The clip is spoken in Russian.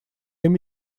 имя